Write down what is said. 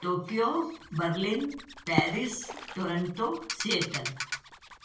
Tokyo Berlin Paris Toronto seattle